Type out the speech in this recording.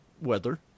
weather